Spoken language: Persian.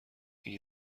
این